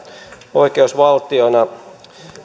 oikeusvaltiona